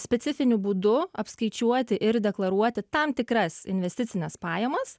specifiniu būdu apskaičiuoti ir deklaruoti tam tikras investicines pajamas